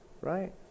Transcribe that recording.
Right